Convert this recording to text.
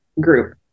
group